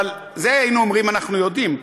על זה היינו אומרים: אנחנו יודעים,